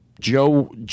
Joe